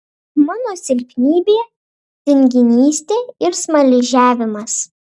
mano silpnybė tinginystė ir smaližiavimas